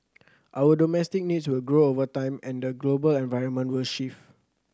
our domestic needs will grow over time and the global environment will shift